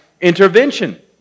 intervention